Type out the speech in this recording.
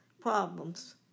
problems